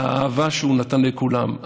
האהבה שהוא נתן לכולם,